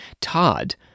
Todd